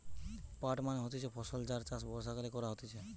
পাট মানে হতিছে ফসল যার চাষ বর্ষাকালে করা হতিছে